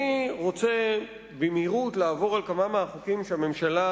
אני רוצה במהירות לעבור על כמה מהחוקים שהממשלה